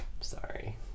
Sorry